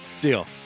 Deal